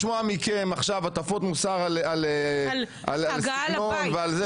לשמוע מכם עכשיו הטפות מוסר על הסגנון וכו',